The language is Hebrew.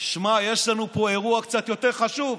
שמע, יש לנו פה אירוע קצת יותר חשוב.